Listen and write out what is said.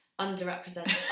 underrepresented